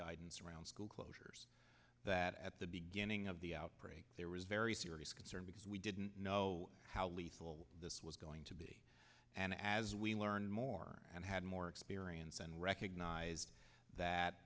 guidance around school closures that at the beginning of the outbreak there was very serious concern because we didn't know how lethal this was going to be and as we learned more and had more experience and recognized that